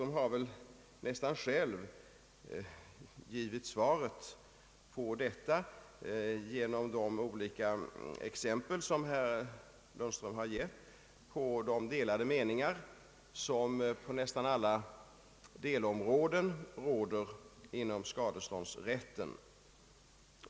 Han har väl nästan själv givit svaret på detta genom att lämna olika exempel på de delade meningar som finns på nästan alla delområden inom skadeståndsrätten.